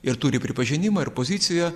ir turi pripažinimą ir poziciją